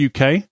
uk